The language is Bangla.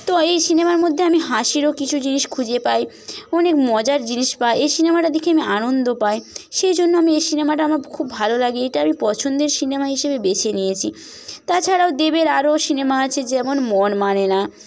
তো এই সিনেমার মধ্যে আমি হাসিরও কিছু জিনিস খুঁজে পাই অনেক মজার জিনিস পাই এই সিনেমাটা দেখে আমি আনন্দ পাই সেই জন্য আমি এই সিনেমাটা আমার খুব ভালো লাগে এটা আমি পছন্দের সিনেমা হিসাবে বেছে নিয়েছি তাছাড়াও দেবের আরও সিনেমা আছে যেমন মন মানে না